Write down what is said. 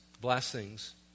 blessings